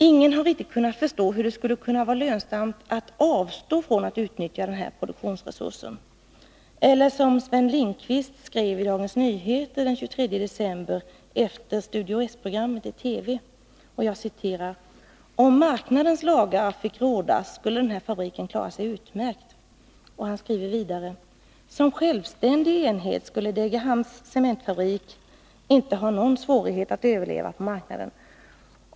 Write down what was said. Ingen har riktigt kunnat förstå hur det skulle kunna vara lönsamt att avstå från att utnyttja denna produktionsresurs, eller som Sven Lindqvist skrev i Dagens Nyheter den 23 december 1982 efter Studio S-programmet i TV: ”Om marknadens lagar fick råda, skulle den här fabriken klara sig utmärkt. ——— Som självständig enhet skulle Degerhamns cementfabrik inte ha någon svårighet att överleva på marknaden.